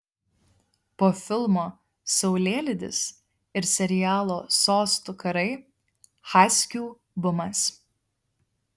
po filmo saulėlydis ir serialo sostų karai haskių bumas